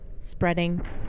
spreading